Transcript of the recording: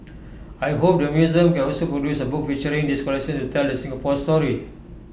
I hope the museum can also produce A book featuring this collection to tell the Singapore story